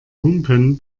humpen